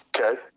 Okay